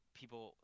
people